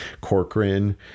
corcoran